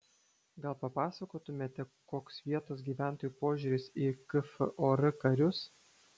gal papasakotumėte koks vietos gyventojų požiūris į kfor karius